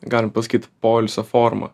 galima pasakyt poilsio forma